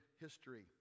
history